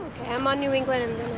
i'm on new england and